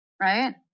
right